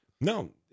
No